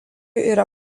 yra